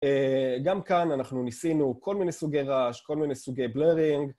גם כאן אנחנו ניסינו כל מיני סוגי רעש, כל מיני סוגי בלרינג.